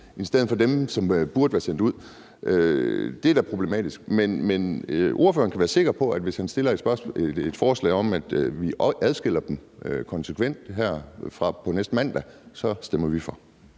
i stedet for dem, som burde være sendt ud, er da problematisk. Men ordføreren kan være sikker på, at hvis han fremsætter et forslag om, at vi adskiller dem konsekvent her fra på næste mandag, så stemmer vi for.